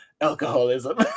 alcoholism